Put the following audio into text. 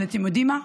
אבל אתם יודעים מה?